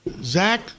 Zach